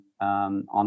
on